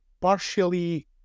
partially